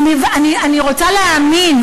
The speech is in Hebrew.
אני רוצה להאמין,